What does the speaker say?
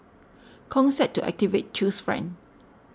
Kong said to activate Chew's friend